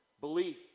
belief